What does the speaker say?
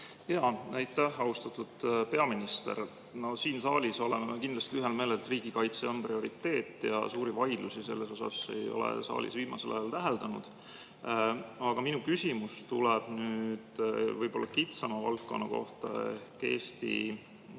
palun! Aitäh! Austatud peaminister! Siin saalis oleme kindlasti ühel meelel, et riigikaitse on prioriteet, ja suuri vaidlusi selle üle ei ole saalis viimasel ajal täheldanud. Aga minu küsimus tuleb võib-olla kitsama valdkonna kohta ehk